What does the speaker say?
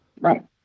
Right